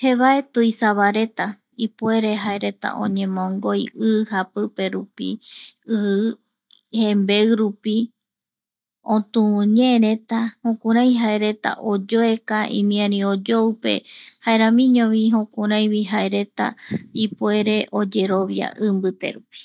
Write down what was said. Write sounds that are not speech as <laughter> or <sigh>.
<noise> jevae tuisava reta ipuere jaereta oñemongoi i japiperupi i <noise> jembeirupi otuvuñeereta jokuarai jaereta oyoeka imiari <noise> oyoupe jaeramiñovi <noise> jokuraivi jaereta ipuere oyerovia i mbite rupi.